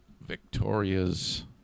Victoria's